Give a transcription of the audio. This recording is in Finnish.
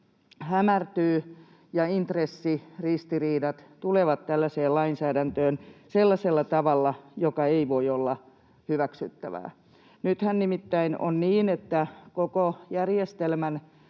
hämärtyy ja intressiristiriidat tulevat tällaiseen lainsäädäntöön sellaisella tavalla, joka ei voi olla hyväksyttävää. Nythän nimittäin on niin, että koko järjestelmän